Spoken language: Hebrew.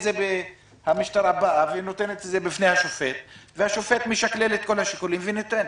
המשטרה מציגה את זה לשופט שמשקלל את כל השיקולים ומחליט.